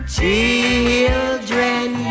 Children